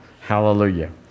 Hallelujah